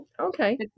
Okay